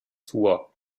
tour